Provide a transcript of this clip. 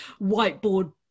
whiteboard